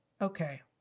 Okay